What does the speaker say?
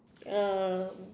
um